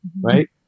right